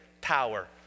power